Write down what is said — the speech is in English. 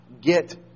get